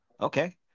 Okay